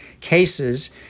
cases